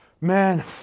man